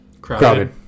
crowded